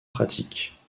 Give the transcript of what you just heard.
pratique